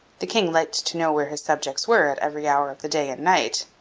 the king liked to know where his subjects were at every hour of the day and night.